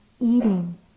eating